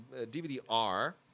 DVD-R